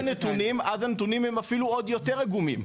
אז הנתונים הם אפילו עוד יותר עגומים.